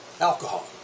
Alcohol